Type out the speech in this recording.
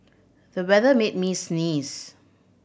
the weather made me sneeze